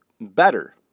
better